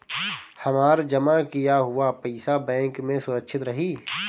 हमार जमा किया हुआ पईसा बैंक में सुरक्षित रहीं?